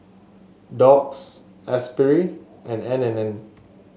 Doux Espirit and N and N